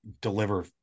deliver